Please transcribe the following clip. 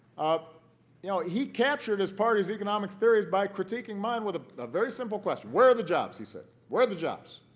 you know he captured his party's economic theories by critiquing mine with a very simple question where are the jobs, he said. where are the jobs?